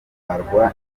butagitwarwa